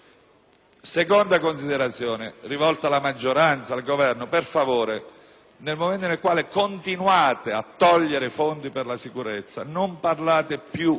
seconda considerazione è rivolta alla maggioranza e al Governo: per favore, nel momento in cui continuate a togliere fondi per la sicurezza, non parlate più